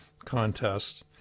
Contest